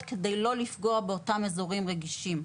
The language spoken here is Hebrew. כדי לא לפגוע באותם אזורים רגישים,